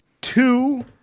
two